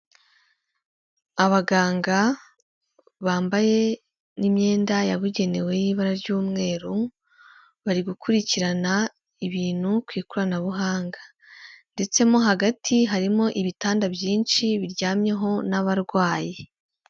Abaganga bambaye n'imyenda yabugenewe y'ibara ry'umweru, bari gukurikirana ibintu ku ikoranabuhanga, ndetse mo hagati harimo ibitanda byinshi biryamyeho n'abarwayi.